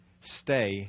Stay